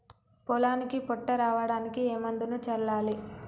పొలానికి పొట్ట రావడానికి ఏ మందును చల్లాలి?